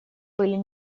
были